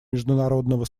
международного